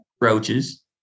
roaches